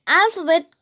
alphabet